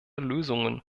lösungen